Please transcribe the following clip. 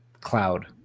cloud